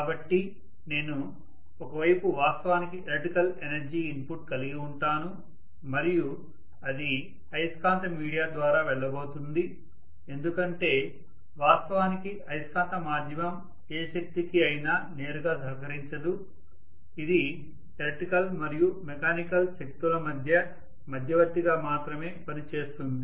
కాబట్టి నేను ఒక వైపు వాస్తవానికి ఎలక్ట్రికల్ ఎనర్జీ ఇన్పుట్ కలిగి ఉంటాను మరియు అది అయస్కాంత మీడియా ద్వారా వెళ్ళబోతుంది ఎందుకంటే వాస్తవానికి అయస్కాంత మాధ్యమం ఏ శక్తికి అయినా నేరుగా సహకరించదు ఇది ఎలక్ట్రికల్ మరియు మెకానికల్ శక్తుల మధ్య మధ్యవర్తిగా మాత్రమే పనిచేస్తుంది